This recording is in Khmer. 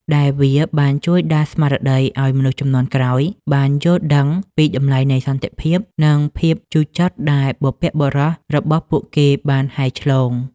ដែលវាបានជួយដាស់ស្មារតីឲ្យមនុស្សជំនាន់ក្រោយបានយល់ដឹងពីតម្លៃនៃសន្តិភាព និងភាពជូរចត់ដែលបុព្វបុរសរបស់ពួកគេបានហែលឆ្លង។